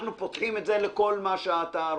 אנחנו פותחים את זה לכל מה שאתה רוצה.